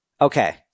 Okay